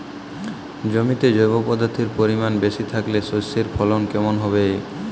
জমিতে জৈব পদার্থের পরিমাণ বেশি থাকলে শস্যর ফলন কেমন হবে?